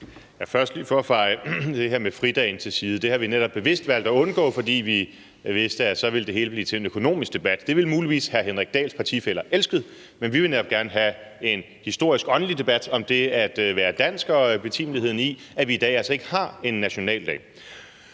Først, for at feje det her med fridagen til side: Det har vi netop bevidst valgt at undgå, fordi vi vidste, at så ville det hele blive til en økonomisk debat. Det ville hr. Henrik Dahls partifæller muligvis have elsket, men vi vil netop gerne have en historisk åndelig debat om det at være dansk og betimeligheden i, at vi i dag altså ikke har en nationaldag.